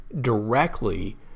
directly